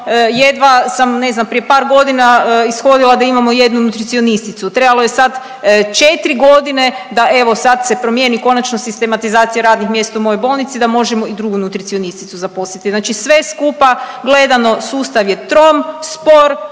ne znam prije par godina ishodila da imamo jednu nutricionisticu, trebalo je sad četri godine da evo sad se promijeni konačno sistematizacija radnih mjesta u mojoj bolnici da možemo i drugu nutricionisticu zaposliti. Znači sve skupa gledano sustav je trom, spor